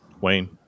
Wayne